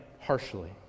harshly